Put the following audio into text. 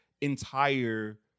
entire